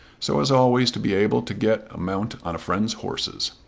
so as always to be able to get a mount on a friend's horses.